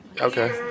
Okay